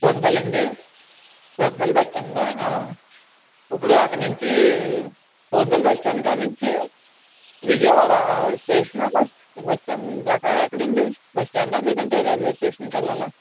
తోటపళ్లండి Thotapalli bus stand ఇప్పుడు అక్కడ నుంచి తోటపల్లి బస్ స్టాండ్ నుంచి విజయవాడ స్టేషన్ ఆ బస్ స్టాండ్ దాకా ఎక్కడండి బస్టాండా లేదంటే రైల్వే స్టేషన్ కి వెళ్లాల